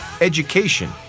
education